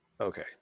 Okay